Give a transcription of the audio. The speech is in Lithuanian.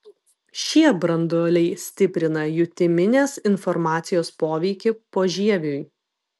šie branduoliai stiprina jutiminės informacijos poveikį požieviui